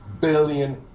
billion